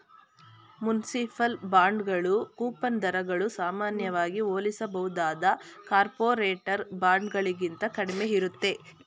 municipal ಬಾಂಡ್ಗಳು coupon ದರಗಳು ಸಾಮಾನ್ಯವಾಗಿ ಹೋಲಿಸಬಹುದಾದ ಕಾರ್ಪೊರೇಟರ್ ಬಾಂಡ್ಗಳಿಗಿಂತ ಕಡಿಮೆ ಇರುತ್ತೆ